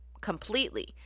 completely